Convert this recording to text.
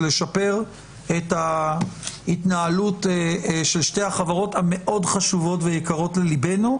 לשפר את ההתנהלות של שתי החברות המאוד חשובות ויקרות ללבנו,